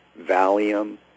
Valium